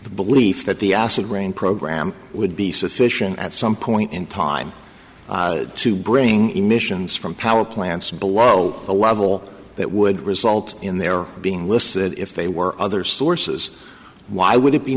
belief that the acid rain program would be sufficient at some point in time to bring emissions from power plants but world a lot of all that would result in there being listed if they were other sources why would it be